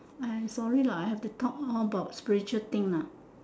I sorry lah I have to talk all about spiritual thing lah